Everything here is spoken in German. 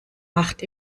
macht